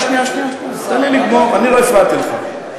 אז מה הבעיה לפרסם את זה?